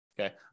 Okay